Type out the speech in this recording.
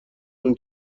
اون